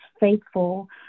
faithful